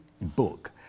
book